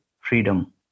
freedom